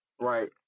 Right